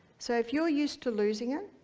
so if you're used to losing it